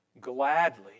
gladly